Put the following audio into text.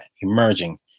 emerging